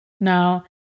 Now